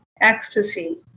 ecstasy